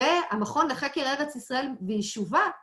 ‫והמכון לחקר ארץ ישראל ויישובה.